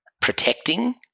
protecting